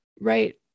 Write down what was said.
right